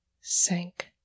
sank